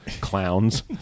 clowns